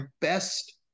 best